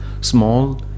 Small